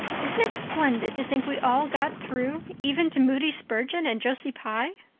isn't it splendid to think we all got through even to moody spurgeon and josie pye?